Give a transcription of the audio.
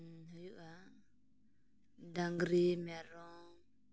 ᱦᱩᱭᱩᱜᱼᱟ ᱰᱟᱹᱝᱨᱤ ᱢᱮᱨᱚᱢ